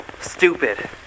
stupid